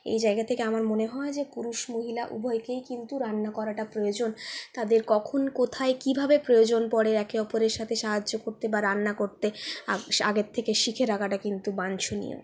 এই জায়গা থেকে আমার মনে হয় পুরুষ মহিলা উভয়কেই কিন্তু রান্না করাটা প্রয়োজন তাদের কখন কোথায় কীভাবে প্রয়োজন পরে একে অপরের সাথে সাহায্য করতে বা রান্না করতে আগের থেকে শিখে রাখাটা কিন্তু বাঞ্ছনীয়